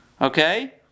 Okay